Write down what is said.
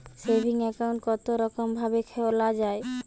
Saving account কতরকম ভাবে খোলা য়ায়?